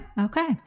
Okay